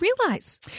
realize